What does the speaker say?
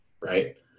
right